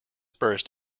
burst